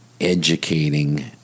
educating